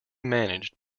managed